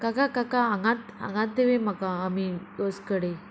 काका काका हांगात हांगात देवय म्हाका आमी बस कडेन